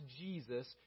Jesus